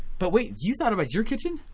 but wait you thought about your kitchen?